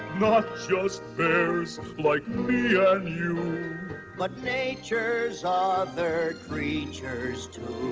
not just bears like me and you but nature's other creatures too